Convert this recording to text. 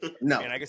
No